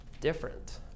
Different